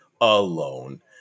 Alone